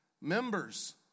members